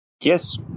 Yes